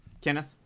Kenneth